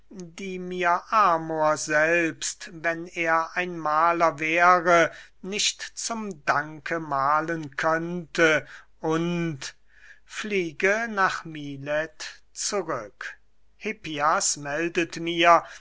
die mir amor selbst wenn er ein mahler wäre nicht zu danke mahlen könnte und fliege nach milet zurück hippias meldet mir